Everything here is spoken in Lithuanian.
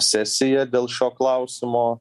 sesiją dėl šio klausimo